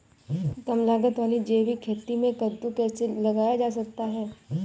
कम लागत वाली जैविक खेती में कद्दू कैसे लगाया जा सकता है?